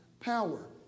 Power